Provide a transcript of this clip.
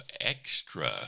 extra